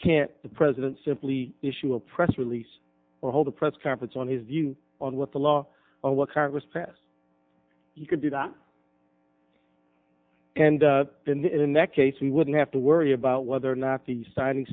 can't the president simply issue a press release or hold a press conference on his view on what the law or what congress passed you could do that and in that case we wouldn't have to worry about whether or not the signing